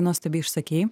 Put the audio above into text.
nuostabiai išsakei